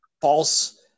false